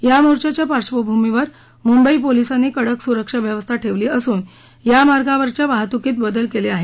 या मोर्चाच्या पार्वभूमीवर मुंबई पोलीसांनी कडक सुरक्षा व्यवस्था ठेवली असून या मार्गावरच्या वाहतुकीत बदल केले आहेत